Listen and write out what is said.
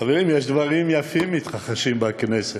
חברים, יש דברים יפים המתרחשים בכנסת.